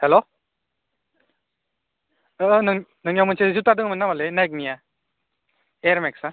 hello नोंनियाव मोनसे जुथा दङमोन नामालै नाइकनिआ एयार मेक्सआ